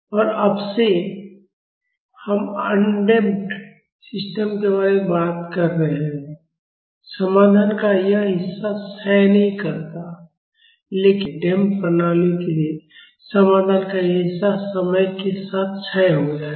और अब से हम अडम्प्ड सिस्टम के बारे में बात कर रहे हैं समाधान का यह हिस्सा क्षय नहीं करता है लेकिन नम प्रणालियों के लिए समाधान का यह हिस्सा समय के साथ क्षय हो जाएगा